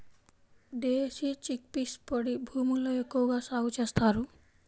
దేశీ chickpeas పొడి భూముల్లో ఎక్కువగా సాగు చేస్తారు